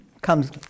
comes